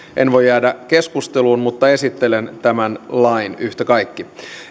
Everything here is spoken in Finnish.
en voi jäädä keskusteluun mutta esittelen tämän lain yhtä kaikki